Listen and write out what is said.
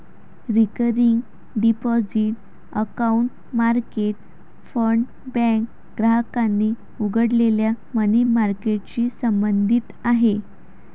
recurring deposit account market fund bank ग्राहकांनी उघडलेल्या money मार्केटशी संबंधित आहे